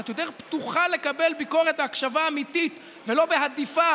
קצת יותר פתוחה לקבל ביקורת בהקשבה האמיתית ולא בהדיפה,